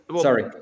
Sorry